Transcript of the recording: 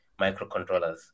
microcontrollers